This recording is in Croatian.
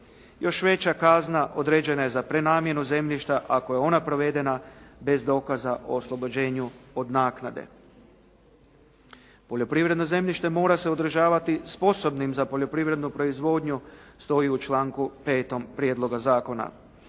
Još veća kazna određena je za prenamjenu zemljišta ako je ona provedena bez dokaza o oslobođenju od naknade. Poljoprivredno zemljište mora se održavati sposobnim za poljoprivrednu proizvodnju stoji u članku 5. prijedloga zakona,